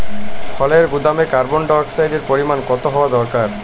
ফলের গুদামে কার্বন ডাই অক্সাইডের পরিমাণ কত হওয়া দরকার?